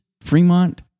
Fremont